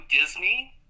Disney